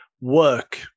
work